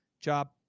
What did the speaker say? job